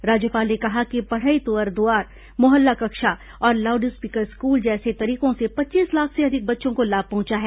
राज्यपाल ने कहा कि पढ़ई तुंहर दुआर मोहल्ला कक्षा और लाउड स्पीकर स्कूल जैसे तरीकों से पच्चीस लाख से अधिक बच्चों को लाभ पहुंचा है